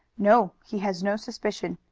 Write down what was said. no, he has no suspicion.